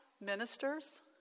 ministers